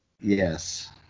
Yes